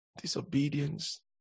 Disobedience